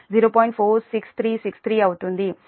46363 అవుతుంది అంటే δcr 62